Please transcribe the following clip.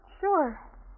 sure